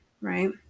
right